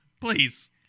Please